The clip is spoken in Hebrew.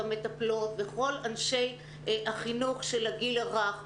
המטפלות וכל אנשי החינוך של הגיל הרך,